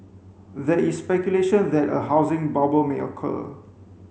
there is speculation that a housing bubble may occur